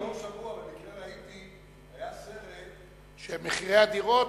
או שאחרי שבוע יש סרט על מחירי הדירות